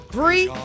Three